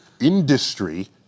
industry